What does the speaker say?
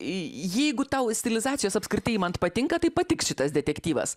jeigu tau stilizacijos apskritai imant patinka tai patiks šitas detektyvas